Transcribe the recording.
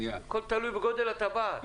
הכול תלוי בגודל הטבעת.